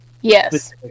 yes